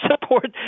support